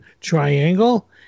Triangle